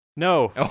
No